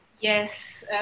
Yes